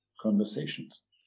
conversations